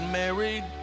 married